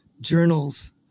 journals